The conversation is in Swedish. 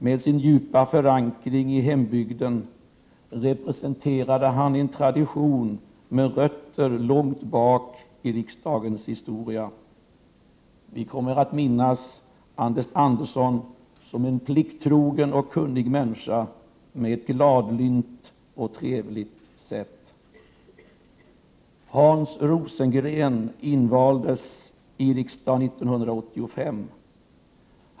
Med sin djupa förankring i hembygden representerade han en tradition med rötter långt bak i riksdagens historia. Vi kommer att minnas Anders Andersson som en plikttrogen och kunnig människa med ett gladlynt och trevligt sätt. Hans Rosengren invaldes i riksdagen 1985.